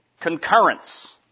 concurrence